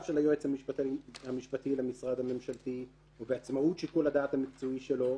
של היועץ המשפטי למשרד הממשלתי או בעצמאות שיקול הדעת המקצועי שלו",